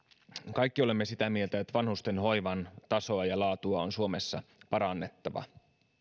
kaikki olemme sitä mieltä että vanhustenhoivan tasoa ja laatua on suomessa parannettava